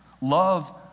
Love